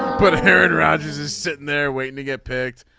but harold rogers is sitting there waiting to get picked.